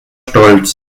stolz